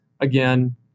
again